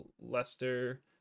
Leicester